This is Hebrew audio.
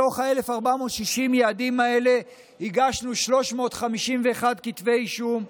מתוך 1,460 היעדים האלה הגשנו 351 כתבי אישום,